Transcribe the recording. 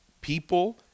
people